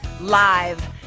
Live